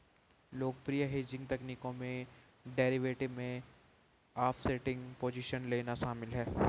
लोकप्रिय हेजिंग तकनीकों में डेरिवेटिव में ऑफसेटिंग पोजीशन लेना शामिल है